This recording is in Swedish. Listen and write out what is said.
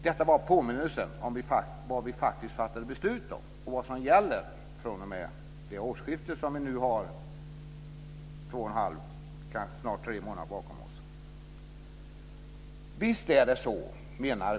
Detta var bara en påminnelse om vad som vi faktiskt har fattat beslut om och vad som gäller från det årsskifte som vi har ungefär tre månader bakom oss.